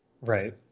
Right